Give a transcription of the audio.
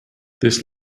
this